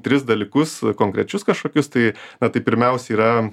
tris dalykus konkrečius kažkokius tai na tai pirmiausiai yra